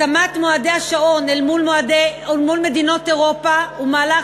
התאמת מועדי השעון אל מול מדינות אירופה היא מהלך